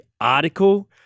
Article